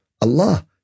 Allah